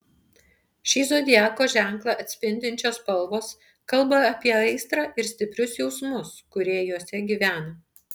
šį zodiako ženklą atspindinčios spalvos kalba apie aistrą ir stiprius jausmus kurie juose gyvena